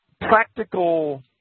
practical